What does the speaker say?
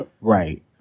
right